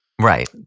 Right